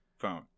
phone